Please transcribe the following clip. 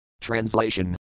Translation